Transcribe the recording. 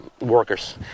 workers